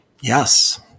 Yes